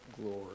glory